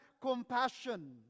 compassion